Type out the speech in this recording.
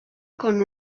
con